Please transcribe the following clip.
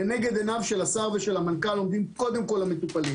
לנגד עיניו של השר והמנכ"ל עומדים קודם כל המטופלים